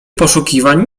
poszukiwań